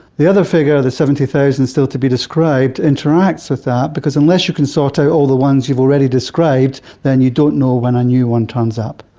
the other figure, the seventy thousand still to be described, interacts with that because unless you can sort out all the ones you've already described, then you don't know when a new one turns up.